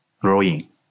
growing